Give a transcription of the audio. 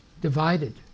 divided